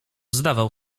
zdawał